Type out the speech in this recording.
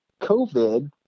COVID